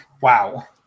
Wow